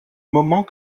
moment